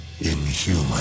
inhuman